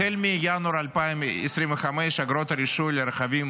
החל מינואר 2025 אגרות הרישוי לרכבים